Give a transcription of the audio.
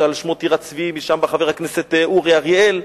שעל שמו טירת-צבי ומשם בא חבר הכנסת אורי אריאל,